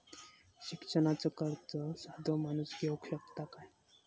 शिक्षणाचा कर्ज साधो माणूस घेऊ शकता काय?